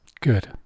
Good